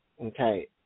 okay